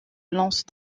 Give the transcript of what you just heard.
lance